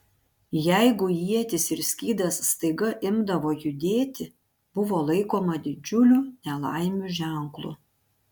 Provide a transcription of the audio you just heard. jeigu ietis ir skydas staiga imdavo judėti buvo laikoma didžiulių nelaimių ženklu